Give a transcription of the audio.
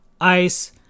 ice